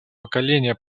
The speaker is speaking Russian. поколение